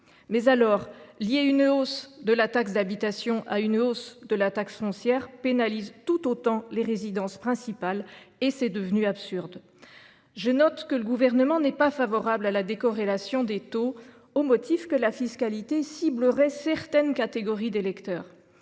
Mais alors, lier une hausse de THRS à une hausse de taxe foncière pénalise tout autant les résidences principales… C’est devenu absurde ! Je note que le Gouvernement n’est pas favorable à la décorrélation des taux, au motif que la fiscalité ciblerait certaines catégories d’électeurs.